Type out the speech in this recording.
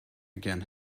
again